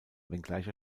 wenngleich